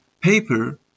paper